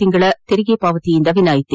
ತಿಂಗಳ ತೆರಿಗೆ ಪಾವತಿಯಿಂದ ವಿನಾಯಿತಿ